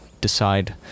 decide